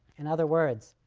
in other words,